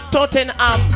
Tottenham